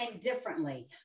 differently